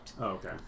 Okay